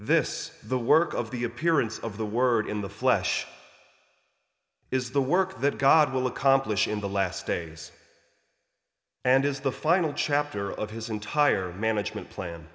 this the work of the appearance of the word in the flesh is the work that god will accomplish in the last days and is the final chapter of his entire management plan